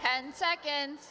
ten seconds